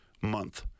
month